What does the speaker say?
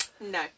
No